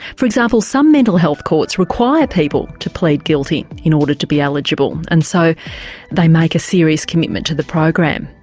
for example, some mental health courts require people to plead guilty in order to be eligible and so they make a serious commitment to the program.